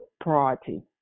priority